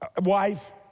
Wife